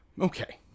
Okay